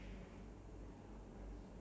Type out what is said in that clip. you don't have to if you don't want ah